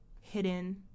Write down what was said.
hidden